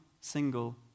single